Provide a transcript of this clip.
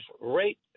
rate